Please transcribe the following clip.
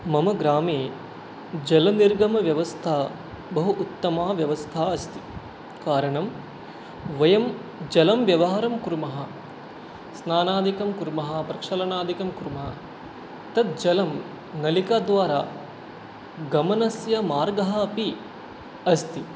मम ग्रामे जलनिर्गमव्यवस्था बहु उत्तमा व्यवस्था अस्ति कारणं वयं जलव्यवहारं कुर्मः स्नानादिकं कुर्मः प्रक्षालनादिकं कुर्मः तज्जलं नलिकाद्वारा गमनस्य मार्गः अपि अस्ति